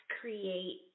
create